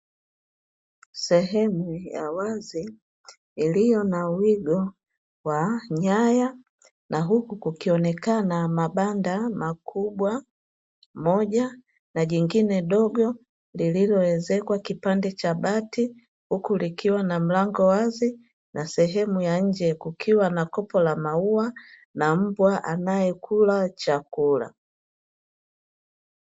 Sehemu ya wazi iliyo na wigo wa nyaya, na huku kukionekana mabanda makubwa moja na jingine dogo, lililoelezekwa kipande cha bati huku likiwa na mlango wazi, na sehemu ya nje kukiwa na kopo la maua na mbwa anayekula chakula.